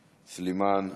סלימאן,